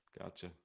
Gotcha